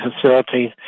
facilities